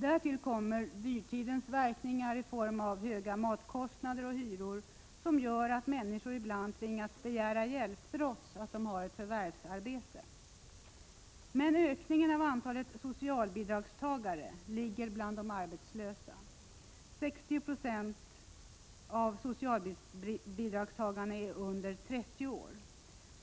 Därtill kommer dyrtidens verkningar i form av höga matkostnader och hyror, som gör att människor ibland tvingas begära hjälp, trots att de har ett förvärvsarbete. Men ökningen av antalet socialbidragstagare ligger bland de arbetslösa. 60 96 av socialbidragstagarna är under 30 år.